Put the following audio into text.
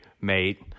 mate